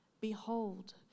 behold